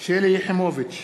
שלי יחימוביץ,